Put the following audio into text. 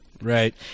Right